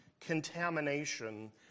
contamination